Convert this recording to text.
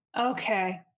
Okay